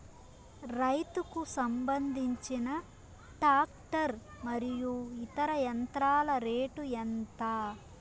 రైతుకు సంబంధించిన టాక్టర్ మరియు ఇతర యంత్రాల రేటు ఎంత?